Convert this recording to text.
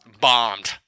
Bombed